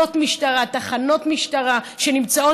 יחידות משטרה, תחנות משטרה, שנמצאות.